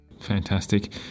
Fantastic